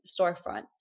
storefront